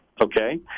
Okay